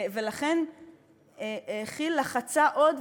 ולכן כי"ל לחצה עוד,